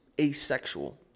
Asexual